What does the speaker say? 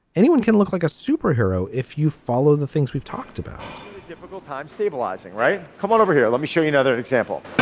anyone can look like a superhero if you follow the things we've talked about difficult time stabilizing right come on over here let me show you another example.